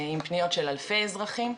עם פניות של אלפי אזרחים.